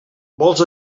vols